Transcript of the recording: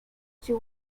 she